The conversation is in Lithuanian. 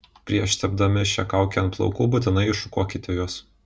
prieš tepdami šią kaukę ant plaukų būtinai iššukuokite juos